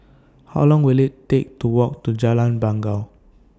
How Long Will IT Take to Walk to Jalan Bangau